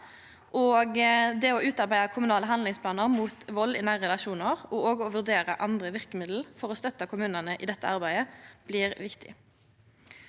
det å utarbeida kommunale handlingsplanar mot vald i nære relasjonar og å vurdera andre verkemiddel for å støtta kommunane i dette arbeidet blir viktig.